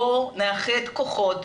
בואו נאחד כוחות,